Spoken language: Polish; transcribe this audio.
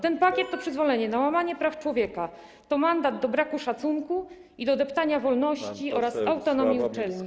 Ten pakiet to przyzwolenie na łamanie praw człowieka, to mandat do braku szacunku i do deptania wolności oraz autonomii uczelni.